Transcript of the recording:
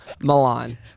Milan